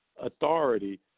authority